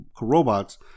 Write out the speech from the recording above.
robots